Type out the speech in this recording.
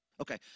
Okay